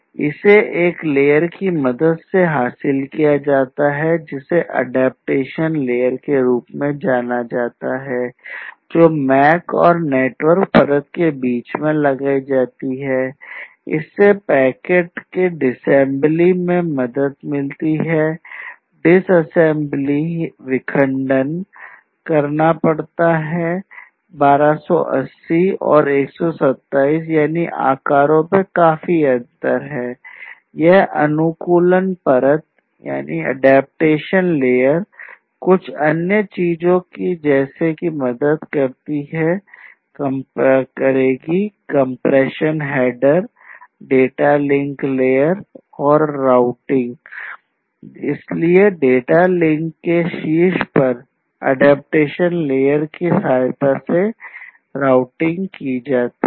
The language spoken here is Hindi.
इसे एक लेयर की मदद से हासिल किया जा सकता है जिसे एडेप्टेशन परत की सहायता से राउटिंग की जाती है